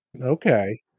Okay